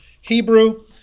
Hebrew